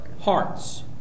Hearts